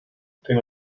den